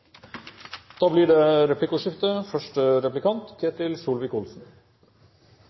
Da det første